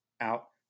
out